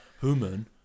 Human